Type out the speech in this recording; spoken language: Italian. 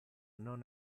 non